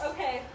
Okay